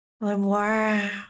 Wow